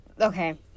okay